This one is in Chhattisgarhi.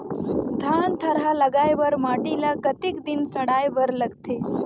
धान थरहा लगाय बर माटी ल कतेक दिन सड़ाय बर लगथे?